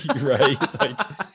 right